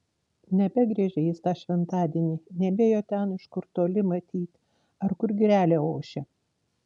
nebegriežė jis tą šventadienį nebėjo ten iš kur toli matyt ar kur girelė ošia